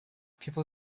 people